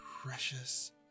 precious